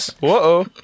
Whoa